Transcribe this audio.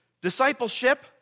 Discipleship